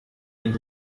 into